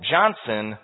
Johnson